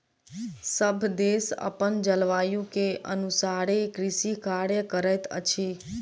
सभ देश अपन जलवायु के अनुसारे कृषि कार्य करैत अछि